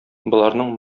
боларның